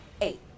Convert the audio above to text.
eight